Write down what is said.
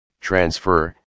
transfer